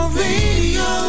video